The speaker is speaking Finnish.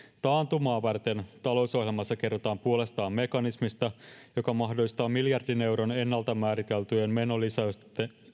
taantumaa varten talousohjelmassa kerrotaan puolestaan mekanismista joka mahdollistaa miljardin euron ennalta määritellyt menolisäykset